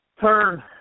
turn